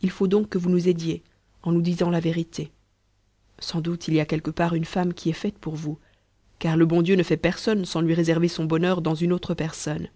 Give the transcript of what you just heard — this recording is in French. il faut donc que vous nous aidiez en nous disant la vérité sans doute il y a quelque part une femme qui est faite pour vous car le bon dieu ne fait personne sans lui réserver son bonheur dans une autre personne